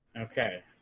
Okay